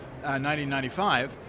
1995